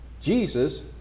Jesus